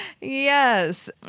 yes